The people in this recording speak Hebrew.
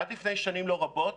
עד לפני שנים לא רבות,